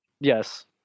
Yes